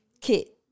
kit